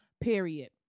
period